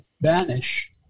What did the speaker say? banish